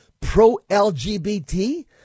pro-LGBT